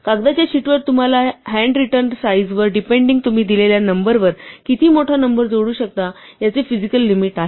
कागदाच्या शीटवर तुमच्या हॅन्ड रिटन साईझ वर डिपेंडींग तुम्ही दिलेल्या नंबर वर किती मोठा नंबर जोडू शकता याचे फिसिकल लिमिट आहे